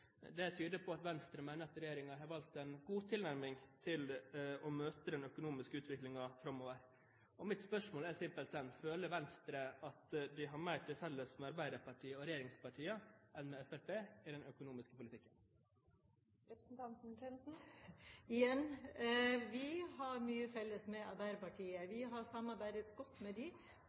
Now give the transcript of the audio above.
Det tyder på at Venstre mener at regjeringen har valgt en god tilnærming for å møte den økonomiske utviklingen framover. Mitt spørsmål er simpelthen: Føler Venstre at de har mer til felles med Arbeiderpartiet og regjeringspartiene enn med Fremskrittspartiet i den økonomiske politikken? Igjen: Vi har mye til felles med Arbeiderpartiet. Vi har samarbeidet godt med dem på de